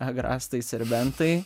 agrastai serbentai